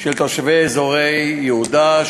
של תושבי אזורי יהודה,